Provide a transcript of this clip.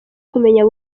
kumenya